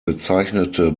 bezeichnete